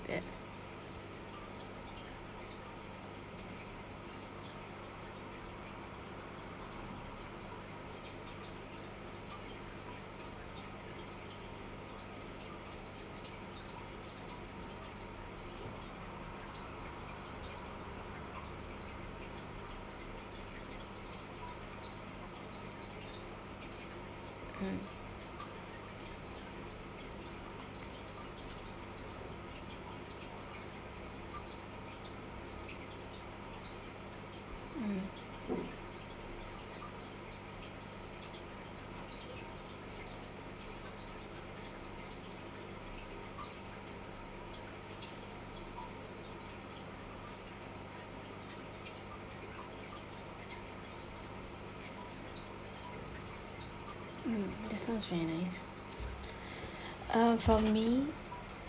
that mm mm mm that sounds very nice uh for me